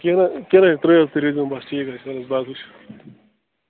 کیٚنٛہہ نہَ کیٚنٛہہ نہَ حظ چھُ ترٛٲیِو تُہۍ رِزیوٗم تہٕ بس ٹھیٖک حظ چھُ باقٕے چھُ